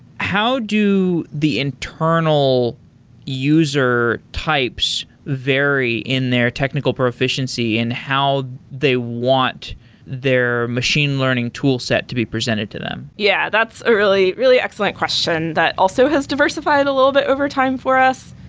how do the internal user types vary in their technical proficiency and how they want their machine learning tool set to be presented to them? yeah, that's a really, really excellent question that also has diversified a little bit overtime for us.